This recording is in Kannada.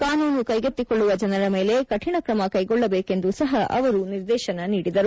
ಕಾನೂನು ಕೈಗೆತ್ತಿಕೊಳ್ಳುವ ಜನರ ಮೇಲೆ ಕಠಿಣ ಕ್ರಮ ಕೈಗೊಳ್ಳಬೇಕೆಂದು ಸಹ ಅವರು ನಿರ್ದೇಶನ ನೀಡಿದರು